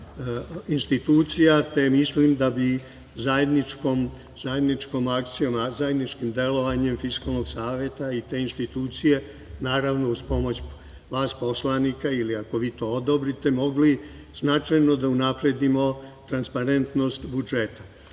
i DRI, te mislim da bi zajedničkom akcijom, zajedničkim delovanjem Fiskalnog saveta i te institucije naravno uz pomoć vas, poslanika, ili ako vi to odobrite mogli značajno da unapredimo transparentnost